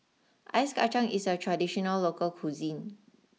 Ice Kacang is a traditional local cuisine